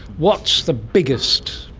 what's the biggest,